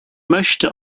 möchte